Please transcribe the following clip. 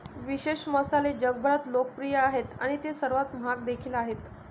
विशेष मसाले जगभरात लोकप्रिय आहेत आणि ते सर्वात महाग देखील आहेत